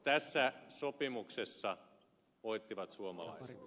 tässä sopimuksessa voittivat suomalaiset